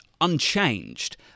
unchanged